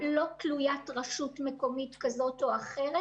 לא תלוית רשות מקומית כזאת או אחרת.